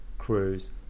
cruise